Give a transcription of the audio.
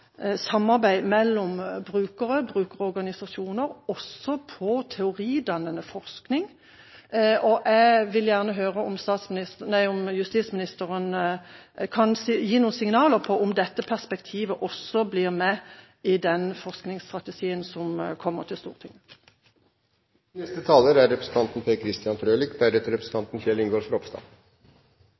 samarbeid mellom brukere, brukerorganisasjoner, også på teoridannende forskning, og jeg vil gjerne høre om justisministeren kan gi noen signaler om hvorvidt dette perspektivet også blir med i den forskningsstrategien som kommer til Stortinget. Interpellantens spørsmål er